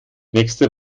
nächste